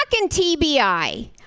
TBI